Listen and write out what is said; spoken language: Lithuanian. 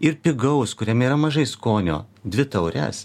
ir pigaus kuriame yra mažai skonio dvi taures